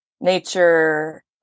nature